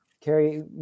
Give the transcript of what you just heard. Carrie